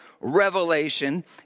revelation